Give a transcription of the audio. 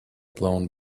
blown